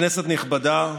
כנסת נכבדה,